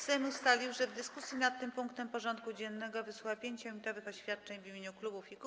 Sejm ustalił, że w dyskusji nad tym punktem porządku dziennego wysłucha 5-minutowych oświadczeń w imieniu klubów i kół.